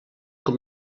com